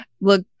look